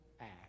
act